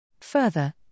Further